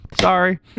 Sorry